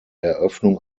eröffnung